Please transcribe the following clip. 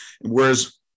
whereas